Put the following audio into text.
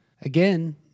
Again